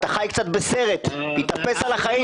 אתה חי קצת בסרט, תתאפס על החיים.